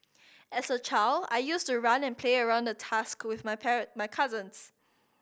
as a child I used to run and play around the tusk school with my parent my cousins